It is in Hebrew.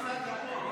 אוסאמה סעדי פה.